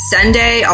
Sunday